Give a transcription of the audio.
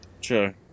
Sure